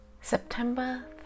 September